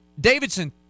Davidson